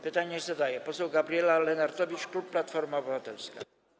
Pytanie zadaje poseł Gabriela Lenartowicz, klub Platforma Obywatelska.